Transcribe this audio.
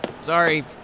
Sorry